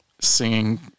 singing